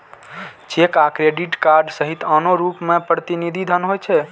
cheque आ credit card सहित आनो रूप मे प्रतिनिधि धन होइ छै